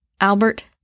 Albert